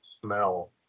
smell